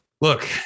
look